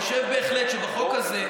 אני חושב בהחלט שבחוק הזה,